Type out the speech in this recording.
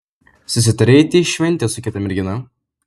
susitarei eiti į šventę su kita mergina